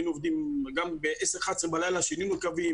גם ב-22:00 או 23:00 בלילה שינינו קווים,